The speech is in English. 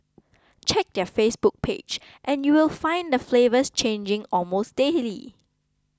check their Facebook page and you will find the flavours changing almost daily